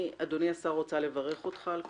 אדוני השר, אני רוצה לברך אותך על כך.